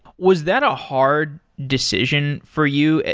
was that a hard decision for you?